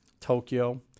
Tokyo